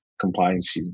compliance